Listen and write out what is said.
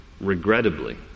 regrettably